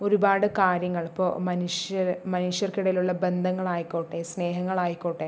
ഒരുപാട് കാര്യങ്ങൾ ഇപ്പോൾ മനുഷ്യർ മനുഷ്യർക്കിടയിലുള്ള ബന്ധങ്ങൾ ആയിക്കോട്ടെ സ്നേഹങ്ങൾ ആയിക്കോട്ടെ